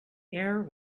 air